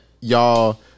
y'all